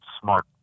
smart